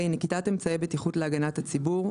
(ה)נקיטת אמצעי בטיחות להגנת הציבור,